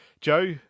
joe